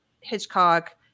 Hitchcock